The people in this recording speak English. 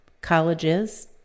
colleges